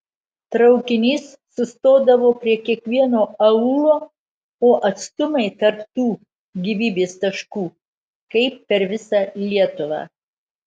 traukinys sustodavo prie kiekvieno aūlo o atstumai tarp tų gyvybės taškų kaip per visą lietuvą